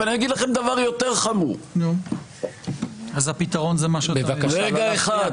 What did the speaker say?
אבל אני אגיד לכם דבר יותר חמור --- אז הפתרון זה מה --- רגע אחד.